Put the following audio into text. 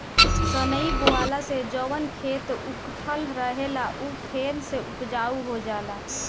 सनई बोअला से जवन खेत उकठल रहेला उ फेन से उपजाऊ हो जाला